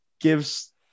gives